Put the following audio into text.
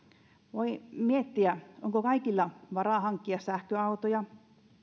voi miettiä onko kaikilla varaa hankkia sähköautoja